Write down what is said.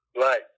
Right